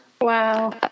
Wow